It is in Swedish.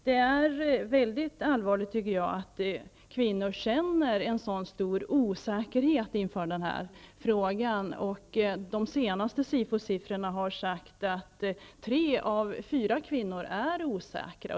Det är mycket allvarligt, tycker jag, att kvinnor känner så stor osäkerhet inför den här saken. Enligt de senaste SIFO-siffrorna är tre av fyra kvinnor osäkra.